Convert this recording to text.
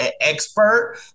expert